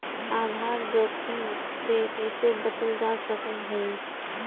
आधार जोखिम से कइसे बचल जा सकऽ हइ?